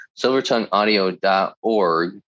SilvertongueAudio.org